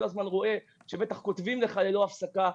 הזמן רואה ושבטח כותבים לך ללא הפסקה.